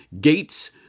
Gates